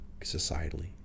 societally